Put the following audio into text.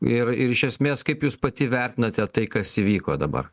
ir ir iš esmės kaip jūs pati vertinate tai kas įvyko dabar